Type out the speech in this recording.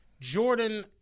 Jordan